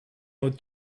out